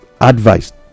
advised